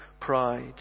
pride